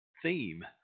theme